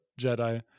Jedi